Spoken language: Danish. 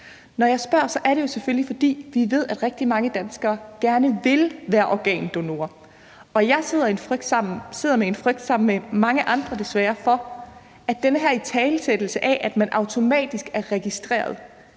Når jeg spørger, er det jo selvfølgelig, fordi vi ved, at rigtig mange danskere gerne vil være organdonorer, og jeg og mange andre sidder desværre med en frygt for, at den her italesættelse af, at man automatisk er registreret,